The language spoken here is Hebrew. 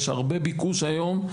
יש הרבה ביקוש היום.